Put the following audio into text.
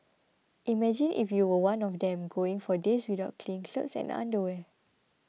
imagine if you were one of them going for days without clean clothes and underwear